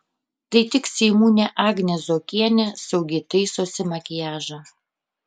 tai tik seimūnė agnė zuokienė saugiai taisosi makiažą